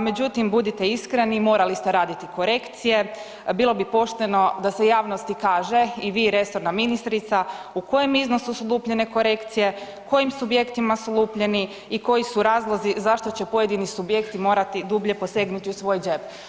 međutim budite iskreni morali ste raditi korekcije, bilo bi pošteno da se javnosti kaže i vi i resorna ministrica u kojem iznosu su lupljene korekcije, kojim subjektima su lupljeni i koji su razlozi zašto će pojedini subjekti morati dublje posegnuti u svoj džep.